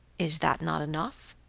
is that not enough?